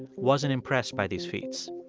and wasn't impressed by these feats.